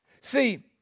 See